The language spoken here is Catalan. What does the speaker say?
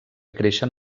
creixen